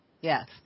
yes